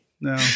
No